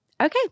Okay